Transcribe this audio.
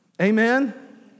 Amen